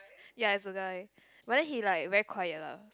ya it's a guy but then he like very quiet lah